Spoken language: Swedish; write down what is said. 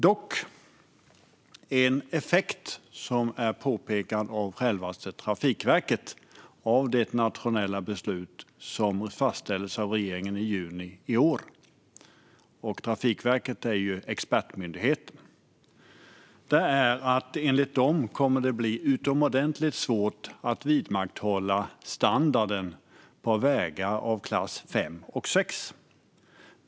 Dock är en effekt som påpekats av självaste Trafikverket av det nationella beslut som fastställdes av regeringen i juni i år - Trafikverket är ju expertmyndigheten - att det kommer att bli utomordentligt svårt att vidmakthålla standarden på vägar av klass 5 och 6.